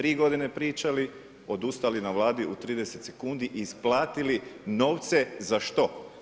3 godine pričali, odustali na Vladi u 30 sekundi, isplatili novce za što?